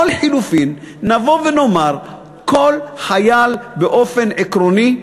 או, לחלופין, נבוא ונאמר שכל חייל, באופן עקרוני,